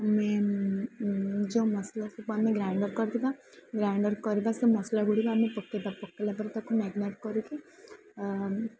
ଆମେ ଯୋଉ ମସଲା ସବୁ ଆମେ ଗ୍ରାଇଣ୍ଡର୍ କରିଦେବା ଗ୍ରାଇଣ୍ଡର୍ କରିବା ସେ ମସଲା ଗୁଡ଼ିକ ଆମେ ପକେଇଦେବା ପକେଇଲା ପରେ ତା'କୁ ମେରିନେଟ୍ କରିକି